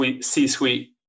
C-suite